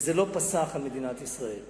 וזה לא פסח על מדינת ישראל.